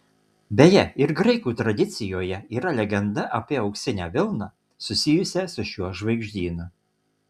beje ir graikų tradicijoje yra legenda apie auksinę vilną susijusią su šiuo žvaigždynu